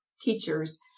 teachers